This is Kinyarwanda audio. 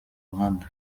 muhanda